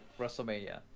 WrestleMania